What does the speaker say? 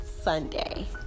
Sunday